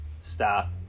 Stop